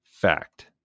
fact